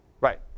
Right